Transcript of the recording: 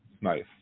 Nice